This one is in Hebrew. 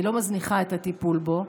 אני לא מזניחה את הטיפול בו.